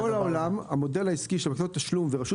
בכול העולם המודל העסקי של נותני תשלום ורשות